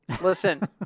listen